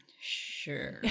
Sure